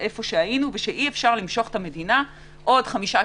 איפה שהיינו ושאי-אפשר למשוך את המדינה עוד חמישה,